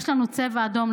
שיש לנו צבע אדום,